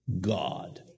God